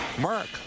Mark